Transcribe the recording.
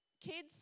kids